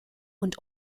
und